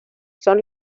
son